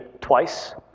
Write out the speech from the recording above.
twice